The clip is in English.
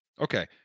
Okay